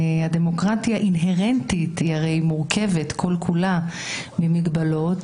הדמוקרטיה אינהרנטית הרי מורכבת כל כולה ממגבלות